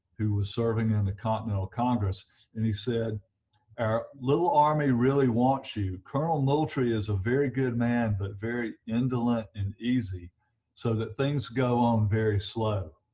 who was serving in the continental congress and he said our little army really wants you colonel moultrie is a very good man but very indolent and easy so that things go on very slow,